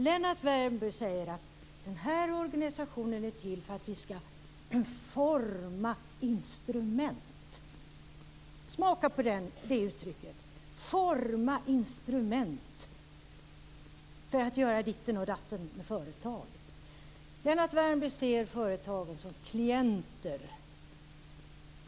Lennart Värmby säger att den här organisationen är till för att vi ska forma instrument - smaka på uttrycket forma instrument - för att göra ditt och datt med företag. Lennart Värmby ser företagen som klienter.